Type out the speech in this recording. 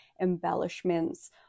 embellishments